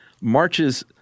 marches